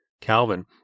Calvin